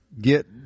Get